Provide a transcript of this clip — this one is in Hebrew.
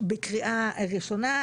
בקריאה ראשונה,